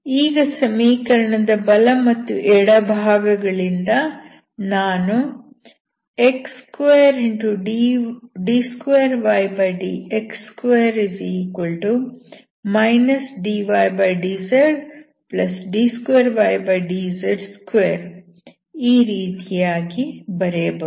ಈಗ ಸಮೀಕರಣದ ಬಲ ಮತ್ತು ಎಡಭಾಗಗಳಿಂದ ನಾನು x2d2ydx2 dydzd2ydz2 ಈ ರೀತಿಯಾಗಿ ಬರೆಯಬಹುದು